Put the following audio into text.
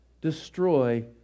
destroy